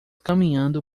caminhando